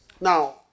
Now